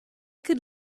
could